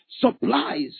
supplies